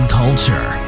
culture